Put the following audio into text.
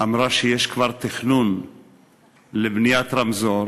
אמרה שיש כבר תכנון לבניית רמזור,